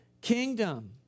kingdom